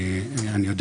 אני יודע